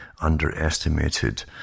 underestimated